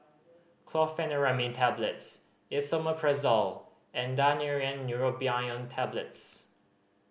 Chlorpheniramine Tablets Esomeprazole and Daneuron Neurobion Tablets